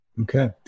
Okay